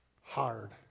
hard